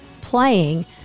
playing